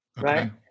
right